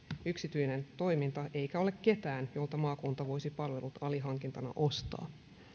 yksityinen toiminta eikä ole ketään jolta maakunta voisi palvelut alihankintana ostaa